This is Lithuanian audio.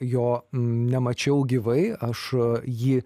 jo nemačiau gyvai aš jį